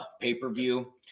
pay-per-view